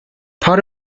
part